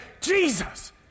Jesus